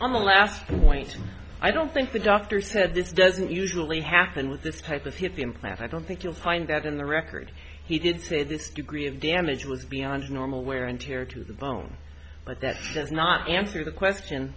point i don't think the doctor said this doesn't usually happen with this type of hip implant i don't think you'll find that in the record he did say this degree of damage was beyond normal wear and tear to the bone but that does not answer the question